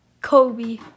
Kobe